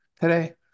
today